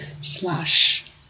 Slash